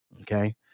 Okay